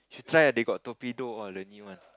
should try ah they got torpedo all the new one